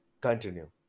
continue